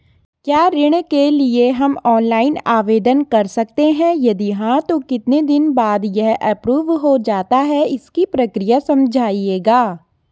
क्या ऋण के लिए हम ऑनलाइन आवेदन कर सकते हैं यदि हाँ तो कितने दिन बाद यह एप्रूव हो जाता है इसकी प्रक्रिया समझाइएगा?